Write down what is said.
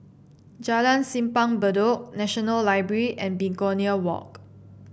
Jalan Simpang Bedok National Library and Begonia Walk